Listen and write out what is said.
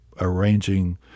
arranging